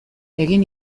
egin